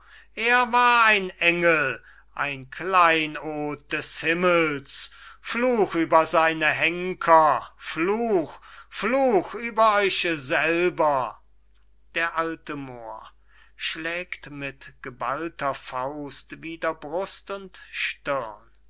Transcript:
er war ein engel ein kleinod des himmels fluch über seine henker fluch fluch über euch selber d a moor schlägt mit geballter faust wider brust und